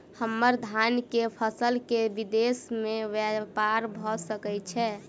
हम्मर धान केँ फसल केँ विदेश मे ब्यपार भऽ सकै छै?